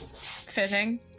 Fitting